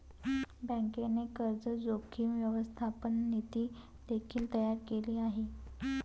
बँकेने कर्ज जोखीम व्यवस्थापन नीती देखील तयार केले आहे